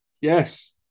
yes